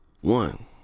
One